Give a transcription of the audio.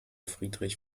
friedrich